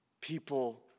people